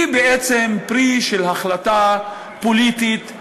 היא פרי של החלטה פוליטית,